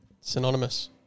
Synonymous